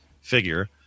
figure